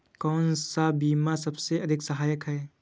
कौन सा बीमा सबसे अधिक सहायक है?